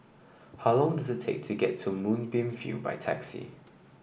how long does it take to get to Moonbeam View by taxi